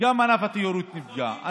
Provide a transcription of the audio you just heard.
גם ענף התיירות נפגע.